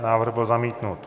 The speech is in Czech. Návrh byl zamítnut.